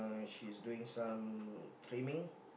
she's doing some trimming